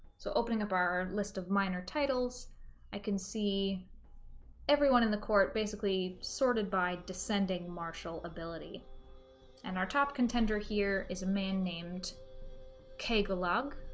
so opening up our list of minor titles i can see everyone in the court basically sorted by descending marshal ability and our top contender here is a man named kegel ugh